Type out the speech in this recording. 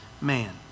man